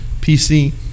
PC